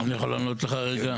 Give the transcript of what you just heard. אני יכול לענות לך רגע.